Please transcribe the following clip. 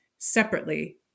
separately